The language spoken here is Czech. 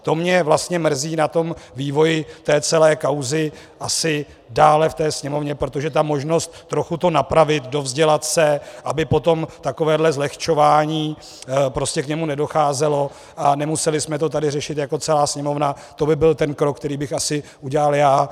To mě vlastně mrzí na vývoji té celé kauzy asi dále ve Sněmovně, protože ta možnost trochu to napravit, dovzdělat se, aby potom k takovémuto zlehčování nedocházelo a nemuseli jsme to tady řešit jako celá Sněmovna, to by byl ten krok, který bych asi udělal já.